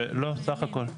לא סך הכל,